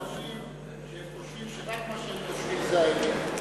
יש אנשים שחושבים שרק מה שהם עושים זה האמת.